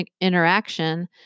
interaction